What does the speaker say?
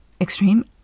extreme